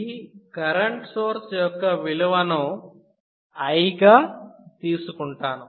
ఈ current source యొక్క విలువను 'I' గా తీసుకుంటాను